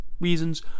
reasons